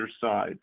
side